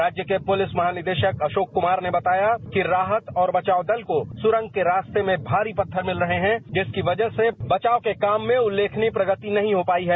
राज्य के पुलिस महानिदेशक अशोक कुमार ने बताया है कि राहत और बचाव दल को सुरंग के रास्ते में भारी पत्थर मिल रहे है जिसकी वजह से बचाव के काम में उल्लेखनीय प्रगति नहीं हो पाई है